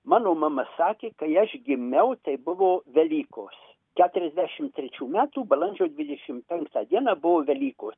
mano mama sakė kai aš gimiau tai buvo velykos keturiasdešim trečių metų balandžio dvidešim penktą dieną buvo velykos